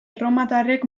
erromatarrek